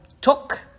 took